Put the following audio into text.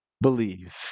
believe